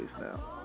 now